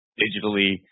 digitally